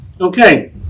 Okay